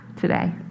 today